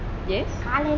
yes